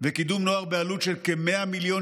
וקידום נוער בעלות של כ-100 מיליון